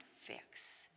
fix